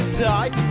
die